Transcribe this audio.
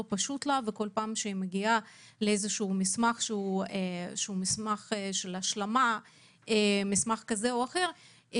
פשוט וכל פעם שהיא מגיעה למסמך השלמה כזה או אחר,